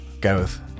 gareth